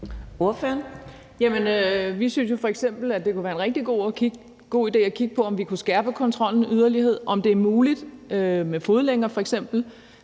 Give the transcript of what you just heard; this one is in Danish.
jo f.eks., at det kunne være en rigtig god idé at kigge på, om vi kunne skærpe kontrollen yderligere, og om det f.eks. er muligt at indføre fodlænker.